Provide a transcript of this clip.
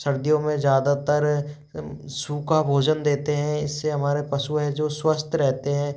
सर्दियों में ज़्यादातर सुखा भोजन देते हैं इससे हमारे पशु है जो स्वस्थ रहते हैं